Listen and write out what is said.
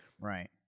Right